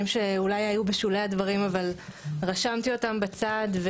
שאולי היו בשולי הדברים אבל רשמתי אותם בצד,